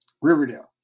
Riverdale